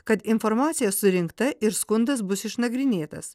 kad informacija surinkta ir skundas bus išnagrinėtas